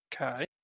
Okay